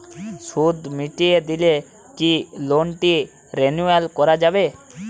সুদ মিটিয়ে দিলে কি লোনটি রেনুয়াল করাযাবে?